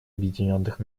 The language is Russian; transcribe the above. объединенных